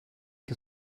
che